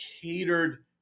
catered